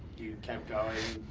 kept going,